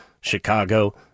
Chicago